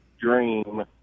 dream